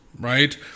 right